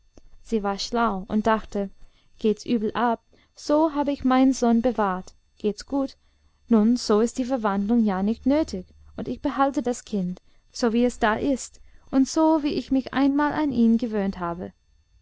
sie war schlau und dachte geht's übel ab so hab ich meinen sohn bewahrt geht's gut nun so ist die verwandlung ja nicht nötig und ich behalte das kind so wie es da ist und so wie ich mich einmal an ihn gewöhnt habe